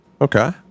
Okay